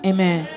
Amen